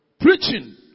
preaching